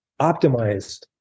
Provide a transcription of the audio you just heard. Optimized